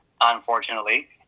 unfortunately